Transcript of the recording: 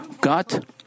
God